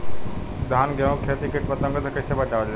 धान गेहूँक खेती के कीट पतंगों से कइसे बचावल जाए?